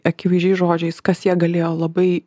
akivaizdžiai žodžiais kas ją galėjo labai